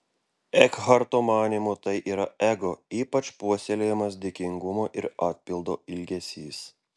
ekharto manymu tai yra ego ypač puoselėjamas dėkingumo ir atpildo ilgesys